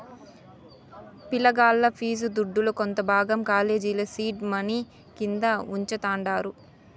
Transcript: పిలగాల్ల ఫీజు దుడ్డుల కొంత భాగం కాలేజీల సీడ్ మనీ కింద వుంచతండారు